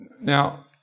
Now